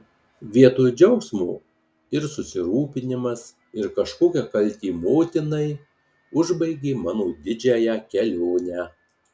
vietoj džiaugsmo ir susirūpinimas ir kažkokia kaltė motinai užbaigė mano didžiąją kelionę